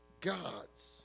God's